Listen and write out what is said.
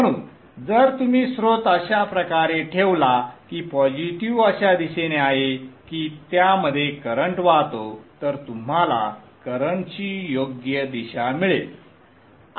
म्हणून जर तुम्ही स्त्रोत अशा प्रकारे ठेवला की पॉझिटिव्ह अशा दिशेने आहे की त्यामध्ये करंट वाहतो तर तुम्हाला करंटची योग्य दिशा मिळेल